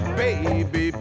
baby